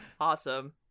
Awesome